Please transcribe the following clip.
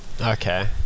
Okay